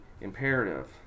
imperative